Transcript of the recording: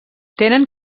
tenen